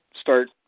start